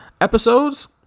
episodes